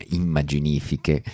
immaginifiche